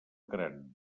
gran